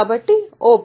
కాబట్టి O plus